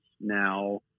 now